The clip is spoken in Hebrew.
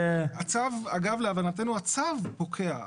אגב, להבנתנו הצו פוקע.